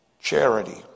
charity